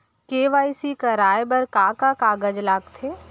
KYC कराये बर का का कागज लागथे?